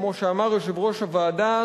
כמו שאמר יושב-ראש הוועדה,